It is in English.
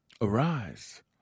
Arise